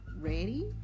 ready